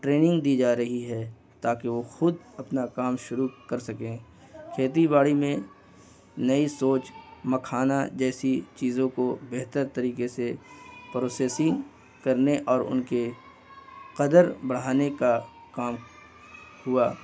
training دی جا رہی ہے تاکہ وہ خود اپنا کام شروع کر سکیں کھیتی باڑی میں نئی سوچ مکھانہ جیسی چیزوں کو بہتر طریقے سے پروسیسنگ کرنے اور ان کے قدر بڑھانے کا کام ہوا